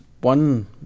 one